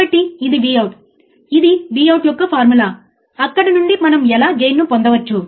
కాబట్టి ప్రతిదీ ఎర్రగా ఉంది ఎందుకంటే నా పెన్ ఎరుపు